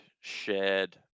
shared